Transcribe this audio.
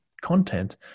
content